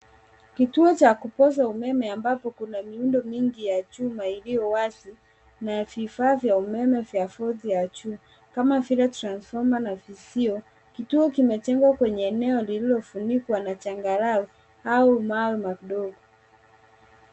Kituo cha kupoza umeme ambao kuna miundo mingi ya chuma ilio wazi na vifaa vya umeme ikiwa juu Kama vile transformer na Vizio. Kituo limejengwa katika eneo lilofunikwa na jangarawe au mawe madogo.